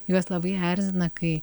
juos labai erzina kai